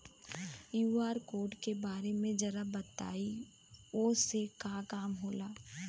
QR code के बारे में जरा बताई वो से का काम होला?